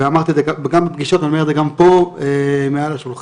אמרתי את זה גם בפגישות ואני אומר את זה גם פה מעל השולחן,